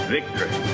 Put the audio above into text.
Victory